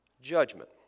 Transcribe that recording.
judgment